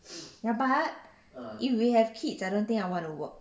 ya but if we have kids I don't think I wanna work